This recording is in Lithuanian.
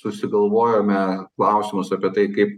susigalvojome klausimus apie tai kaip